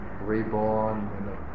reborn